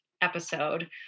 episode